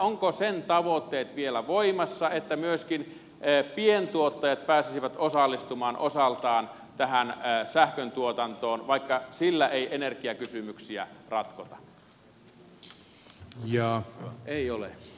ovatko sen tavoitteet vielä voimassa niin että myöskin pientuottajat pääsisivät osallistumaan osaltaan tähän sähköntuotantoon vaikka sillä ei energiakysymyksiä ratkota